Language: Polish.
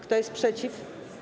Kto jest przeciw?